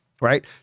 Right